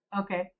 Okay